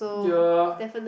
ya